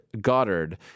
Goddard